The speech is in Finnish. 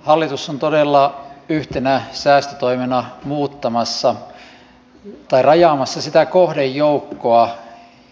hallitus on todella yhtenä säästötoimena rajaamassa sitä kohdejoukkoa